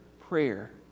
prayer